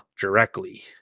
directly